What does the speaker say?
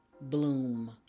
Bloom